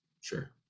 Sure